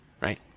right